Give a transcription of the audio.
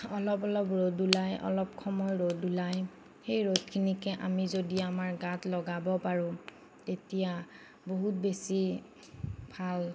অলপ অলপ ৰ'দ ওলাই অলপ সময় ৰ'দ ওলাই সেই ৰ'দখিনিকে আমি যদি আমাৰ গাত লগাব পাৰোঁ তেতিয়া বহুত বেছি ভাল